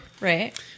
Right